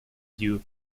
due